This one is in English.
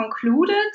concluded